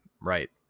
right